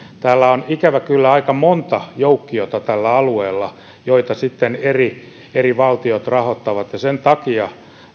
ikävä kyllä aika monta joukkiota joita sitten eri eri valtiot rahoittavat ja sen takia